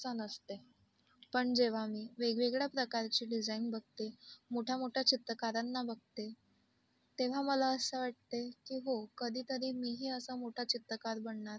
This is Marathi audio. चं नसते पण जेव्हा मी वेगवेगळ्या प्रकारची डिजाईन बघते मोठ्यामोठ्या चित्रकारांना बघते तेव्हा मला असं वाटते की हो कधीतरी मीही असं मोठा चित्रकार बनणार